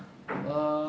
err